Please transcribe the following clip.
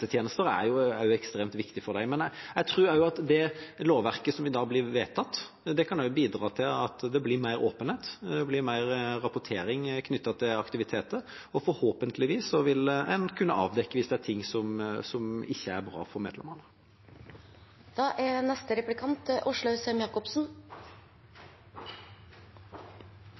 dag blir vedtatt, kan bidra til at det blir mer åpenhet og mer rapportering knyttet til aktiviteter, og forhåpentligvis vil man kunne avdekke om det er noe som ikke er bra for